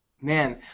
man